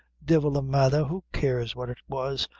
divil a matther who cares what it was?